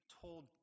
told